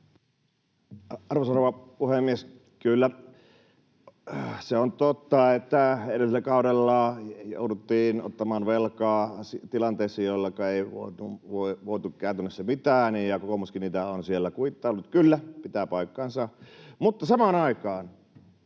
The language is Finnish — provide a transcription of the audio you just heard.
Arvoisa rouva puhemies! Kyllä, se on totta, että edellisellä kaudella jouduttiin ottamaan velkaa tilanteessa, jolleka ei voitu käytännössä mitään, ja kokoomuskin niitä on siellä kuittaillut. Kyllä, pitää paikkansa. Mutta samaan aikaan